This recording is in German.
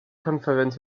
konferenz